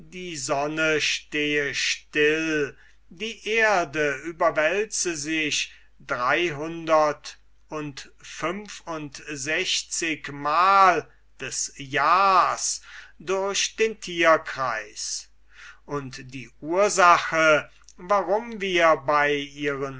die sonne stehe still die erde überwälze sich dreihundert und fünf und sechzigmal des jahrs durch den tierkreis und die ursache warum wir nicht ins